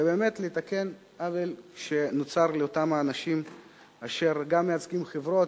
ובאמת לתקן עוול שנוצר לאותם האנשים אשר גם מייצגים חברות.